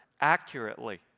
accurately